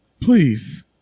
please